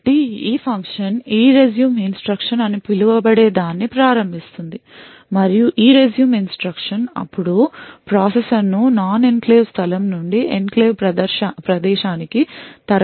కాబట్టి ఈ function ERESUME instruction అని పిలువబడే దాన్ని ప్రారంభిస్తుంది మరియు ERESUME ఇన్స్ట్రక్షన్ అప్పుడు ప్రాసెసర్ను నాన్ ఎనక్లేవ్ స్థలం నుండి ఎన్క్లేవ్ ప్రదేశానికి తరలించమని బలవంతం చేస్తుంది